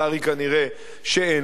כנראה אין לו,